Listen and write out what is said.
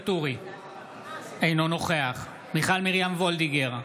אינו נוכח מיכל מרים וולדיגר,